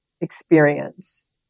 experience